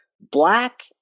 black